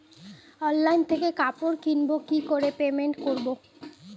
Online থেকে কাপড় কিনবো কি করে পেমেন্ট করবো?